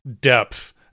depth